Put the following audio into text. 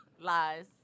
Lies